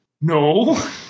no